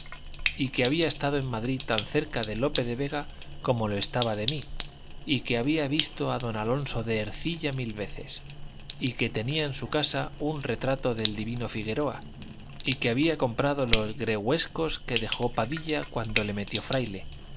y que había estado en madrid tan cerca de lope de vega como lo estaba de mí y que había visto a don alonso de ercilla mil veces y que tenía en su casa un retrato del divino figueroa y que había comprado los gregüescos que dejó padilla cuando se metió fraile